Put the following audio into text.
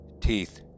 Teeth